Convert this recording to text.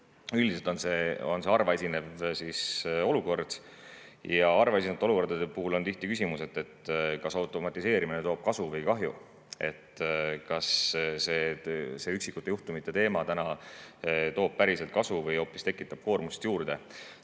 üldiselt on see harva esinev olukord ja harva esinevate olukordade puhul on tihti küsimus, kas automatiseerimine toob kasu või kahju, kas üksikute juhtumite [reguleerimine] toob päriselt kasu või hoopis tekitab koormust juurde,